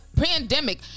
pandemic